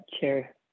Chair